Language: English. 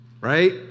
right